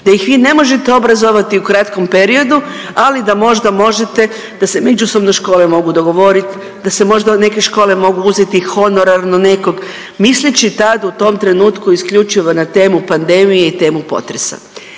da ih vi ne možete obrazovati u kratkom periodu, ali da možda možete da se međusobno škole mogu dogovoriti, da se možda neke škole mogu uzeti honorarno nekog misleći tad u tom trenutku isključivo na temu pandemije i temu potresa.